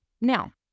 Now